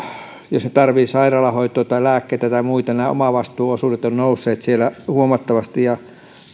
jos he tarvitsevat sairaalahoitoa tai lääkkeitä tai muita omavastuuosuudet ovat nousseet huomattavasti ja